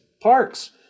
parks